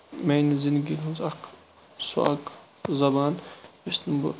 میٛانہِ زِنٛدگی ہٕنٛز اکھ سۄ اکھ زَبان یُس نہٕ بہٕ